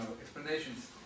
explanations